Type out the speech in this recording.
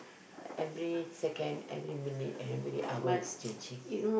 every second every minute every hour's changing